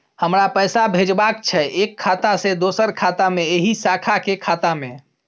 हमरा पैसा भेजबाक छै एक खाता से दोसर खाता मे एहि शाखा के खाता मे?